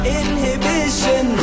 inhibition